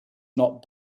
not